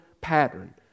pattern